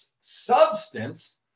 substance